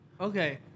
okay